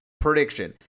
prediction